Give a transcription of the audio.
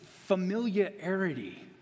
familiarity